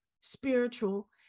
spiritual